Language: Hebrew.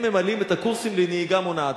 הם ממלאים את הקורסים לנהיגה מונעת.